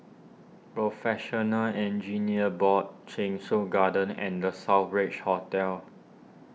Professional Engineers Board Cheng Soon Garden and the Southbridge Hotel